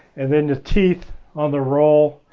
and then the teeth on the roll,